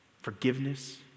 forgiveness